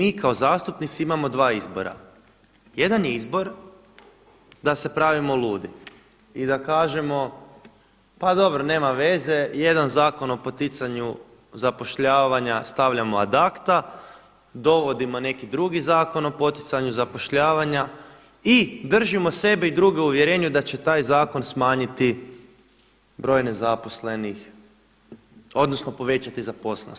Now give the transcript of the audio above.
I sada mi kao zastupnici imamo dva izbora, jedan je izbor da se pravimo ludi i da kažemo pa dobro nema veze, jedan zakon o poticanju zapošljavanja stavljano ad acta, dovodimo neki drugi zakon o poticanju zapošljavanja i držimo sebe i druge u uvjerenju da će taj zakon smanjiti broj nezaposlenih odnosno povećati zaposlenost.